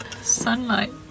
sunlight